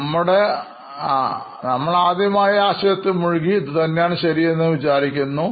നമ്മുടെ ആദ്യമൊരു ആശയത്തിൽ മുഴുകി ഇത് തന്നെയാണ് ശരി എന്ന് വിചാരിക്കുന്നു